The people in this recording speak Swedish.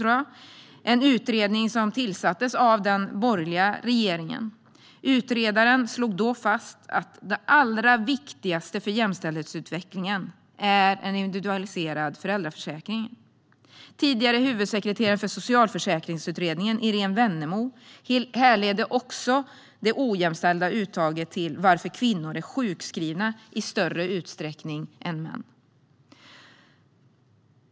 Det var en utredning som tillsattes av den borgerliga regeringen. Utredaren slog då fast att det allra viktigaste för jämställdhetsutvecklingen är en individualiserad föräldraförsäkring. Tidigare huvudsekreteraren för Socialförsäkringsutredningen Irene Wennemo härledde också det faktum att kvinnor är sjukskrivna i större utsträckning än män till det ojämställda uttaget.